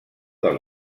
del